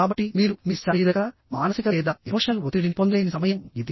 కాబట్టి మీరు మీ శారీరక మానసిక లేదా ఎమోషనల్ ఒత్తిడిని పొందలేని సమయం ఇది